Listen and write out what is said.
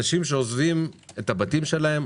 זה אנשים שלמדו במזרח אירופה ויש להם קשרים שם.